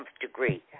degree